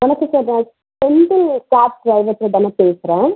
வணக்கம் சார் நான் செந்தில் கேப் டிரைவர்ட்ட தானே பேசுறேன்